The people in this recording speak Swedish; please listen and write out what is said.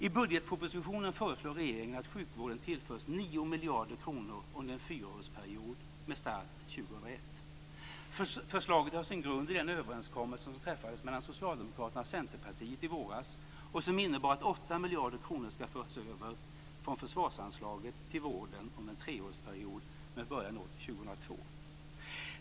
I budgetpropositionen föreslår regeringen att sjukvården tillförs 9 miljarder kronor under en fyraårsperiod med start år 2001. Förslaget har sin grund i den överenskommelse som träffades mellan Socialdemokraterna och Centerpartiet i våras och som innebar att 8 miljarder kronor ska föras över från försvarsanslaget till vården under en treårsperiod med början år 2002.